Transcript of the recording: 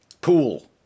Pool